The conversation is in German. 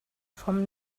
vom